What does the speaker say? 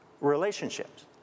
relationships